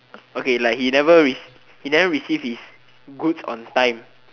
okay like he never receives his goods on time